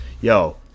yo